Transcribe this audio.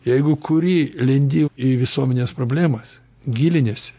jeigu kuri lendi į visuomenės problemas giliniesi